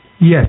Yes